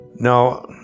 Now